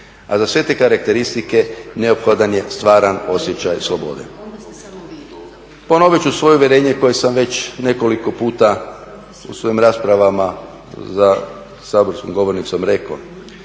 a za sve te karakteristike neophodan je stvaran osjećaj slobode. Ponovit ću svoje uvjerenje koje sam već nekoliko puta u svojim raspravama za saborskom govornicom rekao,